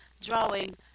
drawing